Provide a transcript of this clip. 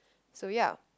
so ya